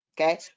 Okay